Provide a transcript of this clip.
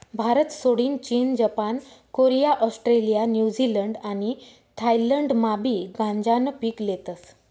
भारतसोडीन चीन, Japan, Korea, Australia, New Zealand आणि थायलंडमाबी गांजानं पीक लेतस